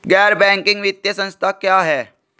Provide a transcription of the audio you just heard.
गैर बैंकिंग वित्तीय संस्था क्या है?